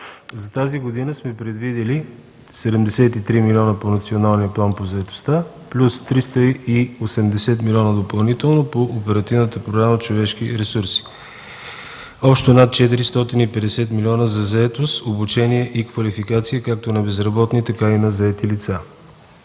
За тази година сме предвидили 73 милиона по Националния план по заетостта, плюс 380 милиона допълнително по Оперативната програма „Човешки ресурси”; общо над 450 милиона за заетост, обучение и квалификация както на безработни, така и на заети лица.